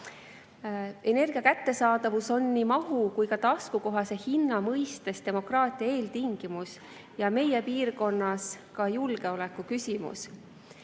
Energia kättesaadavus on nii mahu kui ka taskukohase hinna mõttes demokraatia eeltingimus, meie piirkonnas samuti julgeolekuküsimus.